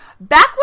Back